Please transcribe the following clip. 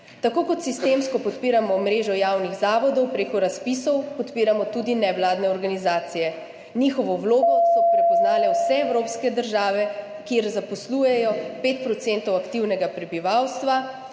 Tako kot sistemsko podpiramo mrežo javnih zavodov preko razpisov, podpiramo tudi nevladne organizacije, katerih vlogo so prepoznale vse evropske države, ki zaposlujejo 5 % aktivnega prebivalstva